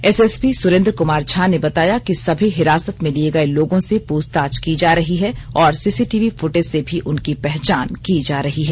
SSP Surendra Kumar Jha ने बताया कि सभी हिरासत में लिए गए लोगों से पूछताछ की जा रही है और सीसीटीवी फुटेज से भी उनकी पहचान की जा रही है